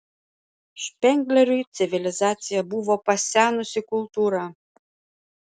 špengleriui civilizacija buvo pasenusi kultūra